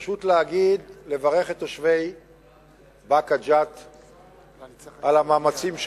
פשוט לברך את תושבי באקה ג'ת על המאמצים שלהם,